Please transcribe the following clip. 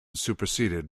superseded